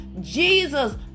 Jesus